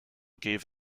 gave